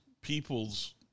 people's